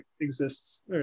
exists